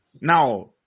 Now